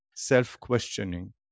self-questioning